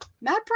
mad